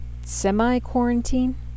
semi-quarantine